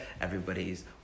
Everybody's